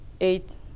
eight